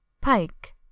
Pike